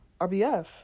RBF